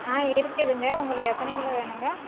ஆ இருக்குதுங்க உங்களுக்கு எத்தனை கிலோ வேணுங்க